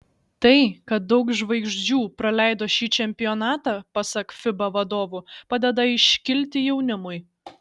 tai kad daug žvaigždžių praleido šį čempionatą pasak fiba vadovų padeda iškilti jaunimui